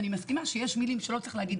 אני מסכימה שיש מילים שלא צריך להגיד,